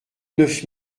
neuf